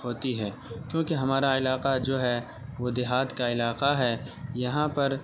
ہوتی ہے کیونکہ ہمارا علاقہ جو ہے وہ دیہات کا علاقہ ہے یہاں پر